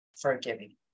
forgiving